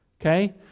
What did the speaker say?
okay